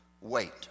Wait